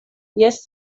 jes